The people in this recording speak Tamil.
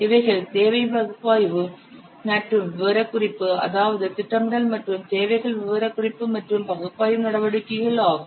இவைகள் தேவை பகுப்பாய்வு மற்றும் விவரக்குறிப்பு அதாவது திட்டமிடல் மற்றும் தேவைகள் விவரக்குறிப்பு மற்றும் பகுப்பாய்வு நடவடிக்கைகள் ஆகும்